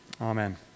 Amen